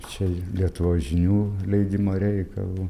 čia lietuvos žinių leidimo reikalu